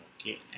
okay